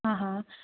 ಹಾಂ ಹಾಂ